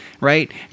right